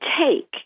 take